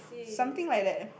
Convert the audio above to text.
something like that